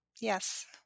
Yes